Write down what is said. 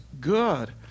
good